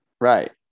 Right